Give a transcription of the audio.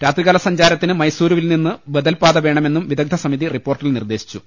രാത്രികാല സഞ്ചാരത്തിന് മൈസൂരിൽ നിന്ന് ബദൽപാത വേണ മെന്നും വിദഗ്ദ്ധ സമിതി റിപ്പോർട്ടിൽ നിർദ്ദേശിച്ചു